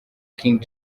king